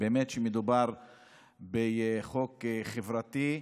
באמת מדובר בחוק חברתי,